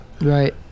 Right